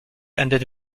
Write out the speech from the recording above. ended